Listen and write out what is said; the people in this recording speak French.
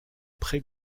pré